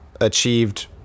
achieved